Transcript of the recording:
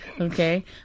Okay